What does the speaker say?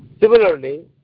Similarly